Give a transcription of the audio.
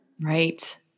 Right